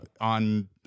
on